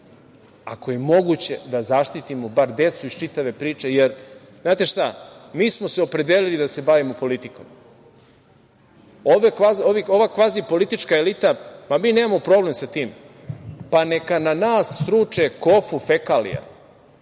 ako je moguće, da zaštitimo bar decu iz čitave priče, jer, znate šta, mi smo se opredelili da se bavimo politikom. Ova kvazi politička elita, mi nemamo problem sa tim, neka nas sruče kofu fekalija,